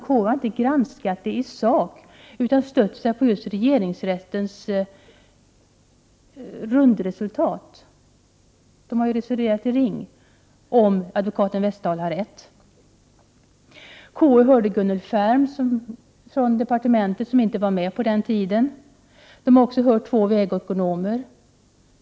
KU har inte granskat frågan i sak utan stött sig på regeringsrättens cirkelresonemang. Konstitutionsutskottet har hört Gunnel Färm från departementet som inte var med när beslutet fattades. Man har också hört två vägekonomer.